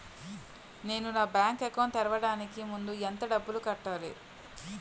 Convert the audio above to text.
నేను నా bank account తెరవడానికి ముందు ఎంత డబ్బులు కట్టాలి?